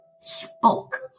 spoke